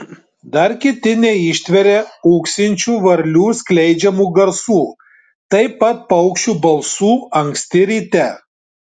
dar kiti neištveria ūksinčių varlių skleidžiamų garsų taip pat paukščių balsų anksti ryte